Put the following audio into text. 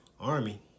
army